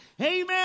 Amen